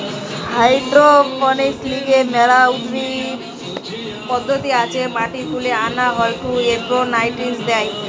hydroponics লিগে মেলা পদ্ধতি আছে মাটি তুলে আনা হয়ঢু এবনিউট্রিয়েন্টস দেয়